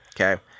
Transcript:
okay